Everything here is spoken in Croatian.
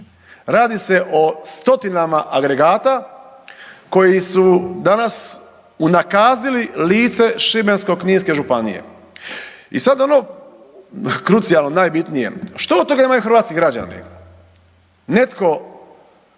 Radi se o stotinama agregata koji su danas unakazili lice Šibensko-kninske županije i sad ono krucijalno, najbitnije, što od toga imaju hrvatski građani? Netko